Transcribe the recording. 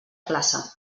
classe